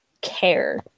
care